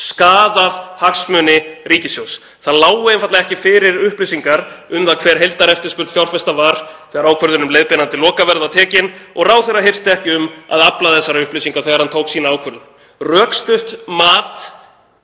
skaðað hagsmuni ríkissjóðs. Það lágu einfaldlega ekki fyrir upplýsingar um það hver heildareftirspurn fjárfesta var þegar ákvörðun um leiðbeinandi lokaverð var tekin og ráðherra hirti ekki um að afla þessara upplýsinga þegar hann tók sína ákvörðun. „Rökstutt mat“